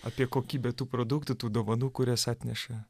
apie kokybę tų produktų tų dovanų kurias atneša